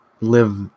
live